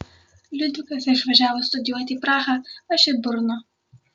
liudvikas išvažiavo studijuoti į prahą aš į brno